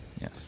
Yes